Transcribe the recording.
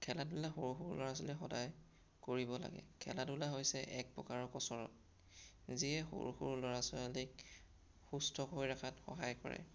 খেলা ধূলা সৰু সৰু ল'ৰা ছোৱালীয়ে সদায় কৰিব লাগে খেলা ধূলা হৈছে এক প্ৰকাৰৰ কচৰৎ যিয়ে সৰু সৰু ল'ৰা ছোৱালীক সুস্থ হৈ ৰখাত সহায় কৰে